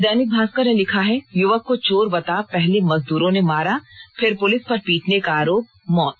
दैनिक भास्कर ने लिखा है युवक को चोर बता पहले मजदूरों ने मारा फिर पुलिस पर पीटने का आरोप मौत